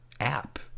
app